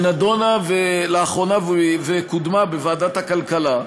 שנדונה לאחרונה וקודמה בוועדת הכלכלה.